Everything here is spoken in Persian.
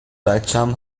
بچم